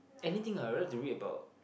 anything I will like to read about